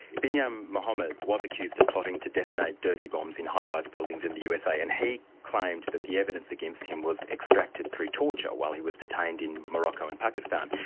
binyam mohamed was accused of plotting to detonate dirty bombs in high-rise buildings in the usa, and he claims that the evidence against him was extracted through torture while he was detained in morocco and pakistan,